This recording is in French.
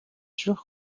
sûr